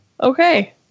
Okay